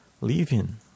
living